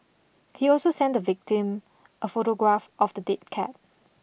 he also sent the victim a photograph of the dead cat